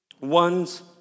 ones